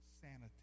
sanity